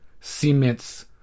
cements